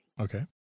Okay